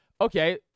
okay